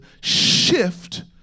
shift